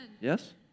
Yes